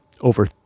over